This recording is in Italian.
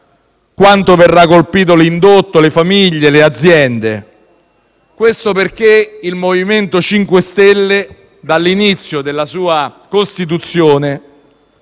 quanto verrà colpito l'indotto, le famiglie, le aziende. Questo perché il MoVimento 5 Stelle, fin dalla sua costituzione,